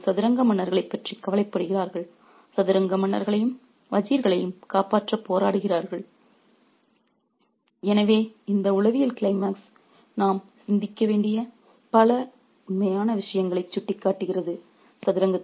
அவர்கள் தங்கள் சதுரங்க மன்னர்களைப் பற்றி கவலைப்படுகிறார்கள் சதுரங்க மன்னர்களையும் வஜீர்களையும் காப்பாற்ற போராடுகிறார்கள் ரெபஃர் ஸ்லைடு டைம் 5641 எனவே இந்த உளவியல் க்ளைமாக்ஸ் நாம் சிந்திக்க வேண்டிய பல விஷயங்களை சுட்டிக்காட்டுகிறது